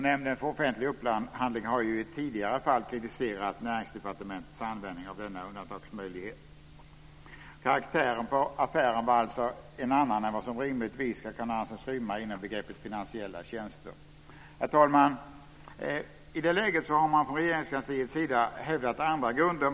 Nämnden för offentlig upphandling har tidigare i ett fall kritiserat Näringsdepartementets användning av denna undantagsmöjlighet. Karaktären på affären var alltså en annan än vad som rimligtvis kan anses rymmas inom begreppet finansiella tjänster. Herr talman! I det läget har man från Regeringskansliets sida hävdat andra grunder.